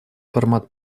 формат